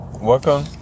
welcome